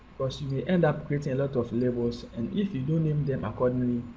because you may end up creating a lot of labels and if you don't name them accordingly,